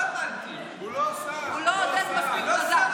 לא, הוא לא מספיק חזק.